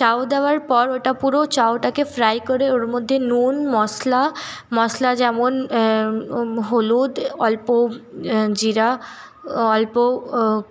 চাউ দেওয়ার পর ওটা পুরো চাউটাকে ফ্রাই করে ওরমধ্যে নুন মশলা মশলা যেমন হলুদ অল্প জিরা অল্প